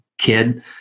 kid